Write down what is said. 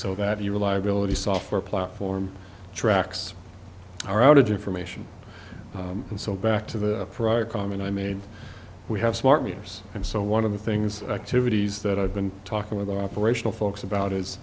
so that you reliability software platform tracks are outage information and so back to the prior comment i mean we have smart meters and so one of the things activities that i've been talking with are operational folks about